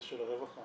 זה של הרווחה.